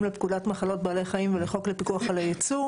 לפקודת מחלות בעלי חיים ולחוק לפיקוח על הייצור,